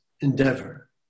endeavor